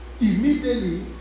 Immediately